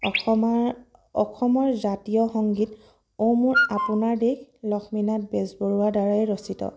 অসমাৰ অসমৰ জাতীয় সংগীত অ মোৰ আপোনাৰ দেশ লক্ষ্মীনাথ বেজবৰুৱা দ্বাৰাই ৰচিত